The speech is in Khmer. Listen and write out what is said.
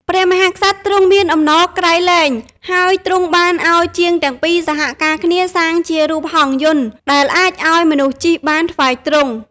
ព្រះមហាក្សត្រទ្រង់មានអំណរក្រៃលែង ហើយទ្រង់បានឱ្យជាងទាំងពីរសហការគ្នាសាងជារូបហង្សយន្តដែលអាចឱ្យមនុស្សជិះបានថ្វាយទ្រង់។